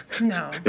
No